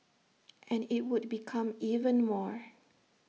and IT would become even more